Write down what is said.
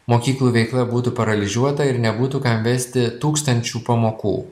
mokyklų veikla būtų paralyžiuota ir nebūtų kam vesti tūkstančių pamokų